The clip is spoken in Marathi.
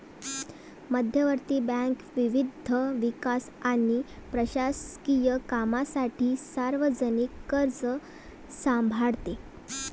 मध्यवर्ती बँक विविध विकास आणि प्रशासकीय कामांसाठी सार्वजनिक कर्ज सांभाळते